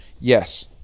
Yes